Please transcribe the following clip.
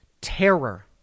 terror